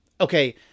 okay